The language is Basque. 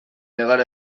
negar